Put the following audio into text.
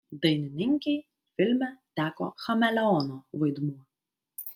dainininkei filme teko chameleono vaidmuo